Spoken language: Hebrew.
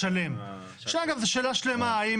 שאלה האם